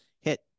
Hit